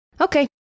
Okay